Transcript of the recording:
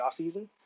offseason